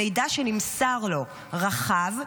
המידע שנמסר לו רחב,